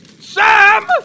Sam